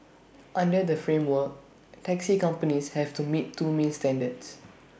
under the framework taxi companies have to meet two main standards